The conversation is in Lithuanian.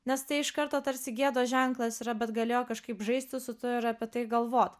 nes tai iš karto tarsi gėdos ženklas yra bet galėjo kažkaip žaisti su tuo ir apie tai galvot